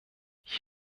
ich